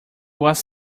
was